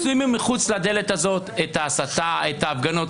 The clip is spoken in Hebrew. -- שימו מחוץ לדלת הזאת את ההסתה, את ההפגנות.